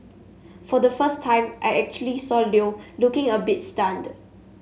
for the first time I actually saw Leo looking a bit stunned